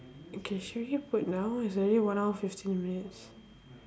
can should we put now it's already one hour fifteen minutes